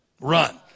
Run